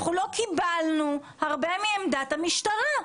אנחנו לא קיבלנו הרבה מעמדת המשטרה.